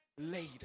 later